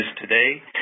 today